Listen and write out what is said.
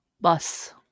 Bus